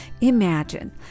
imagine